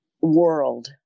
world